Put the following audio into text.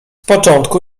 początku